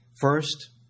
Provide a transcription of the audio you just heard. First